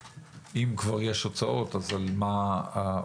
ואם כבר יש הוצאות, אז על מה ההוצאות.